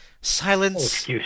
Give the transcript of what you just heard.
silence